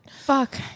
Fuck